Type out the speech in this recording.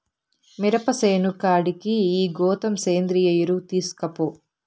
మిరప సేను కాడికి ఈ గోతం సేంద్రియ ఎరువు తీస్కపో